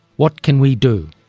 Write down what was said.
what can we do?